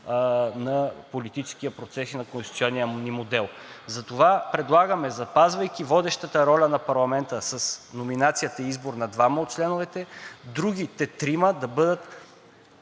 на политическия процес и на конституционния ни модел. Затова предлагаме, запазвайки водещата роля на парламента с номинацията и избор на двама от членовете, другите трима да бъдат